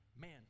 man